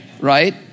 right